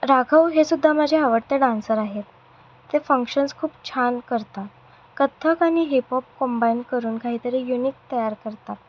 राघव हे सुद्धा माझ्या आवडत्या डान्सर आहेत ते फंक्शन्स खूप छान करतात कथ्थक हिपॉप कॉम्बाईन करून काहीतरी युनिक तयार करतात